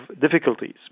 difficulties